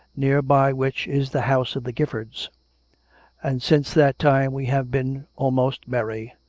near by which is the house of the giffords and since that time we have been almost merry.